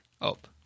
up